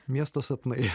miesto sapnai